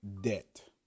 debt